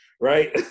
right